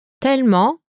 Tellement